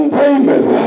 payment